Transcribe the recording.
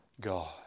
God